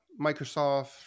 Microsoft